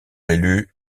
élu